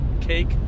cake